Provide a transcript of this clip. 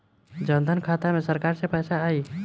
जनधन खाता मे सरकार से पैसा आई?